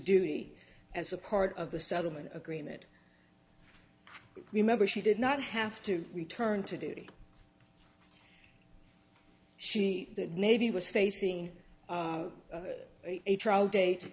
duty as a part of the settlement agreement remember she did not have to return to duty she that maybe was facing a trial date